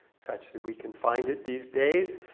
such that we can find it these days.